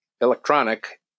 electronic